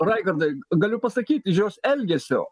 raigardai galiu pasakyt iš joselgesio